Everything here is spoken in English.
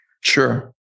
Sure